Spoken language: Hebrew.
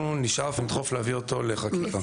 אנחנו נשאף ונדחוף להביא אותו לחקיקה.